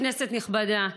כנסת נכבדה,